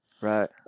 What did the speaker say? right